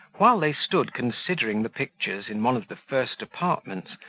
while they stood considering the pictures in one of the first apartments,